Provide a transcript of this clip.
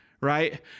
right